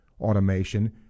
automation